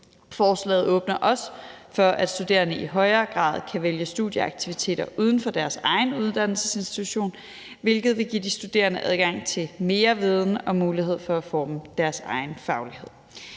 Forslaget åbner også for, at studerende i højere grad kan vælge studieaktiviteter uden for deres egen uddannelsesinstitution, hvilket vil give de studerende adgang til mere viden og mulighed for at forme deres egen faglighed.